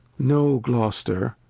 no, gloster,